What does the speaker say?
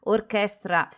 Orchestra